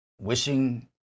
wishing